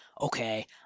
okay